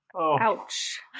Ouch